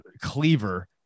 Cleaver